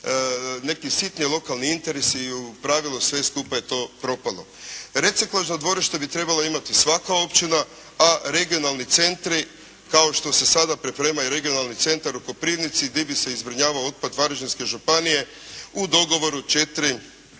nekakvi sitni lokalni interesi. U pravilu sve skupa je to propalo. Reciklažno dvorište bi trebala imati svaka općina, a regionalni centri, kao što se sada priprema i regionalni centar u Koprivnici gdje bi se zbrinjavao otpad Varaždinske županije, u dogovoru 4